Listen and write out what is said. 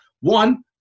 one